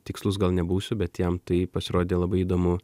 tikslus gal nebūsiu bet jam tai pasirodė labai įdomu